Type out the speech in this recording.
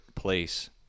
place